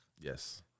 Yes